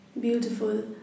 Beautiful